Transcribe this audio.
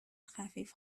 خفیف